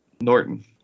Norton